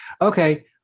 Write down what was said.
Okay